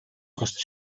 гарч